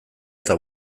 eta